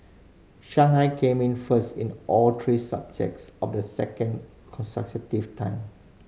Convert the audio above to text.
Shanghai came in first in all three subjects of the second consecutive time